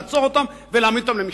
לעצור אותם ולהעמיד אותם למשפט.